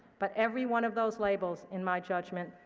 but every one of those labels, in my judgment,